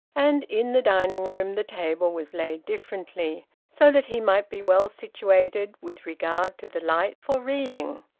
and in the dining-room the table was laid differently, so that he might be well situated, with regard to the light, for reading.